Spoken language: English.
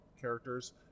characters